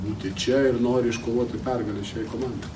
būti čia ir nori iškovoti pergalę šiai komandai